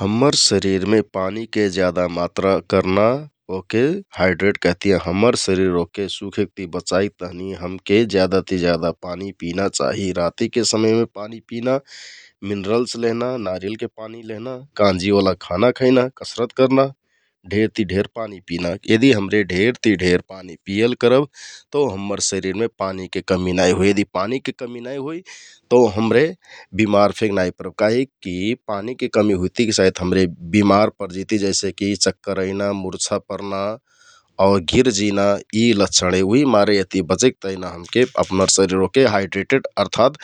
हम्मर शरिरमे पानीके ज्यादा मात्रा करना ओहके हाइड्रेट कहतियाँ । हम्मर शरिर ओहके सुखेक ति बचाइक तहनि हमके ज्यादा ति ज्यादा पानी पिना चाहि रातिकके समयमे पानी पिना, मिनरल्स लेहना, नारियलके पानी लेहना, काँजिओला खाना खैना, कसरत करना, ढेरति ढेर पानी पिना । यदि हमरे ढेर ति ढेर पानी पियल करब तौ हम्मर शरिरमे पानीके कमि नाइ होइ । यदि पानीके कमि नाइ होइ तौ हमरे बिमार फेक नाइ होइब काहिककि पानीके कमि हुइतिकि सायत हमरे बिमार परजिति जइसेकि चक्कर अइना, मुर्छा परना आउ गिरजिना यि लक्षण हे उहिकमारे यहति बचेक तेहना हमके अपना शरिर ओहके हाइड्रेटेट अर्थात